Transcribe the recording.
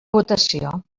votació